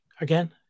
again